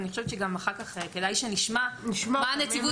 אני חושבת שגם אחר כך כדאי שנשמע מה הנציגות